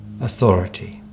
authority